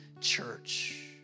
church